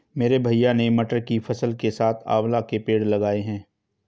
मेरे भैया ने मटर की फसल के साथ आंवला के पेड़ लगाए हैं